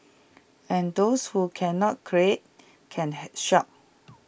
and those who cannot create can shop